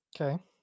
Okay